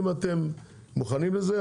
אם אתם מוכנים לזה,